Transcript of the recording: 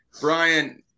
Brian